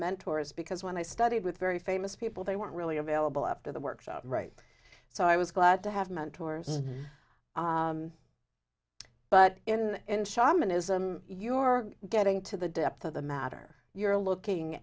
mentors because when i studied with very famous people they weren't really available up to the workshop right so i was glad to have mentors but in sherman ism you are getting to the depth of the matter you're looking